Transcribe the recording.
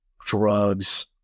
drugs